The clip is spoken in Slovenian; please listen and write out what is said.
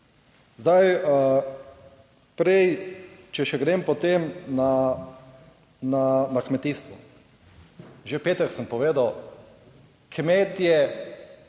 Zdaj, prej, če še grem potem na kmetijstvo, že v petek sem povedal, kmetje